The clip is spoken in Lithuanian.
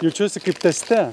jaučiuosi kaip teste